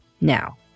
now